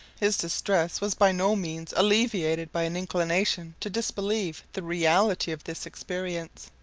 his distress was by no means alleviated by an inclination to disbelieve the reality of this experience.